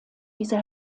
dieser